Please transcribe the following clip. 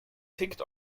ticked